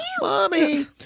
Mommy